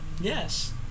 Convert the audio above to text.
Yes